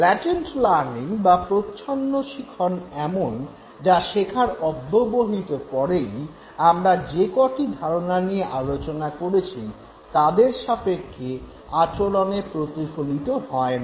latent learning বা প্রচ্ছন্ন শিখন এমন যা শেখার অব্যবহিত পরেই আমরা যেক'টি ধারণা নিয়ে আলোচনা করেছি তাদের সাপেক্ষে আচরণে প্রতিফলিত হয় না